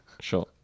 Sure